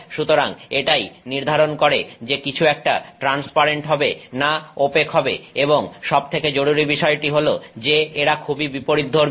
সুতরাং এটাই নির্ধারণ করে যে কিছু একটা ট্রান্সপারেন্ট হবে না ওপেক হবে এবং সব থেকে জরুরি বিষয়টি হলো যে এরা খুবই বিপরীতধর্মী